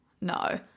No